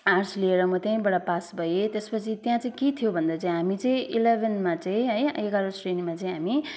arts लिएर म त्यहीँबाट पास भएँ त्यसपछि त्यहाँ चाहिँ के थियो भन्दा चाहिँ हामी चाहिँ इलेभेनमा चाहिँ है एघारौँ श्रेणीमा चाहिँ हामी